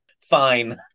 fine